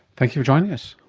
thank you for joining us.